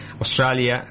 Australia